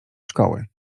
szkoły